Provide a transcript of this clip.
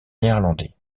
néerlandais